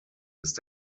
ist